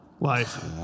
life